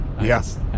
Yes